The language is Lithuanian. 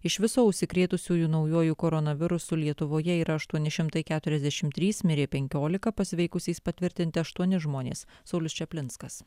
iš viso užsikrėtusiųjų naujuoju koronavirusu lietuvoje yra aštuoni šimtai keturiasdešim trys mirė penkiolika pasveikusiais patvirtinti aštuoni žmonės saulius čaplinskas